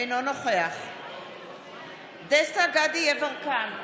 אינו נוכח דסטה גדי יברקן,